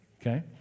Okay